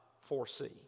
foresee